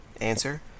answer